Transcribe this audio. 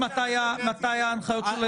מתי ההנחיות של היועץ?